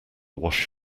wash